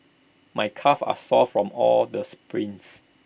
my calves are sore from all the sprints